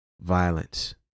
violence